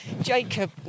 Jacob